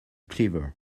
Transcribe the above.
clever